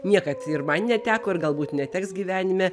niekad ir man neteko ir galbūt neteks gyvenime